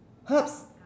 herbs